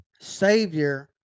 savior